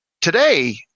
Today